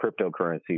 cryptocurrency